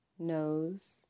nose